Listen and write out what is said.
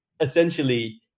essentially